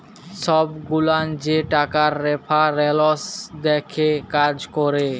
ছব গুলান যে টাকার রেফারেলস দ্যাখে কাজ ক্যরে